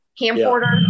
camcorder